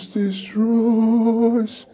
destroys